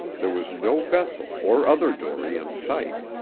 there was no vessel or other dory in sight.